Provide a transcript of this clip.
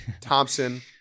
Thompson